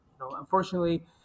Unfortunately